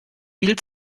viel